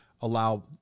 allow